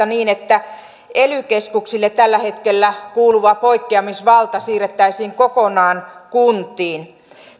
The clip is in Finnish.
niin että ely keskuksille tällä hetkellä kuuluva poikkeamisvalta siirrettäisiin kokonaan kuntiin